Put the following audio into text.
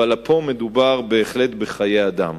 אבל פה מדובר בהחלט בחיי אדם.